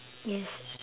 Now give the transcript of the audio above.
yes